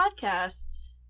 Podcasts